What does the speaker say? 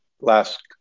last